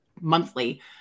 monthly